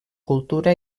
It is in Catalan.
cultura